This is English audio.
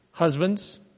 Husbands